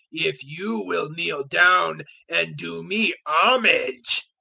if you will kneel down and do me homage.